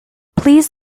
please